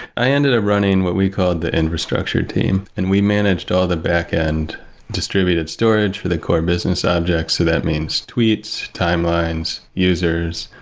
i ended up running what we called the infrastructure team and we managed all the backend backend distributed storage for the core business objects. so that means tweets, timelines, users,